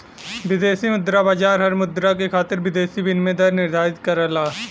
विदेशी मुद्रा बाजार हर मुद्रा के खातिर विदेशी विनिमय दर निर्धारित करला